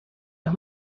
los